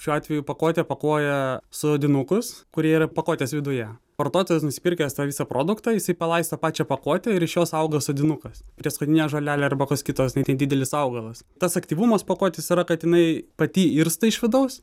šiuo atveju į pakuotę pakuoja sodinukus kurie yra pakuotės viduje vartotojas nusipirkęs tą visą produktą jisai palaisto pačią pakuotę ir iš jos auga sodinukas prieskoninė žolelė arba koks kitas nedidelis augalas tas aktyvumas pakuotės yra kad jinai pati irsta iš vidaus